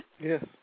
Yes